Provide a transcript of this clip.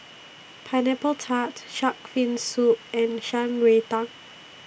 Pineapple Tart Shark's Fin Soup and Shan Rui Tang